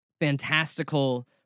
fantastical